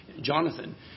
Jonathan